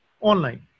online